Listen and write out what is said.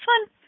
one